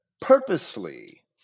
purposely